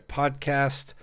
podcast